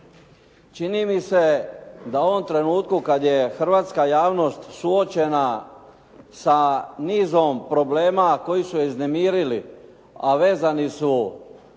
Čini mi se da u ovom trenutku kada je hrvatska javnost suočena sa nizom problema koji su uznemirili, a vezani su